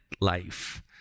life